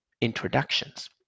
introductions